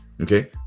okay